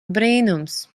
brīnums